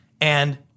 And-